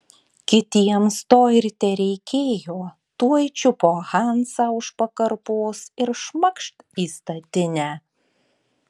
kitiems to ir tereikėjo tuoj čiupo hansą už pakarpos ir šmakšt į statinę